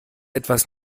etwas